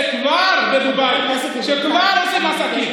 שכבר עושים עסקים,